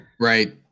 Right